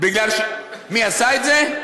מי עשה את זה?